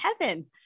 heaven